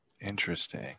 Interesting